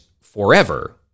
forever